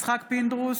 יצחק פינדרוס,